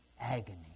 agony